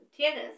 tennis